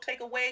takeaway